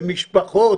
במשפחות,